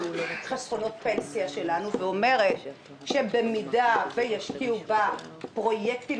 חסכונות פנסיה שלנו ואומרת שבמידה וישקיעו בפרויקטים